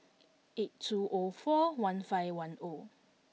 eight two O four one five one O